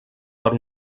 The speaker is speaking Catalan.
per